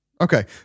Okay